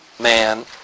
man